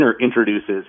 introduces